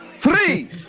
three